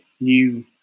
new